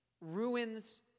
ruins